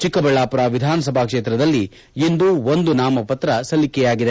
ಚಿಕ್ಕಬಳ್ಳಾಪುರ ವಿಧಾನಸಭಾ ಕ್ಷೇತ್ರದಲ್ಲಿ ಇಂದು ಒಂದು ನಾಮಪತ್ರ ಸಲ್ಲಿಕೆಯಾಗಿದೆ